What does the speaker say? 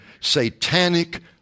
satanic